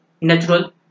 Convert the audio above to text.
natural